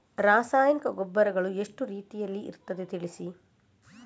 ರಾಸಾಯನಿಕ ಗೊಬ್ಬರಗಳು ಎಷ್ಟು ರೀತಿಯಲ್ಲಿ ಇರ್ತದೆ ತಿಳಿಸಿ?